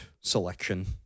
selection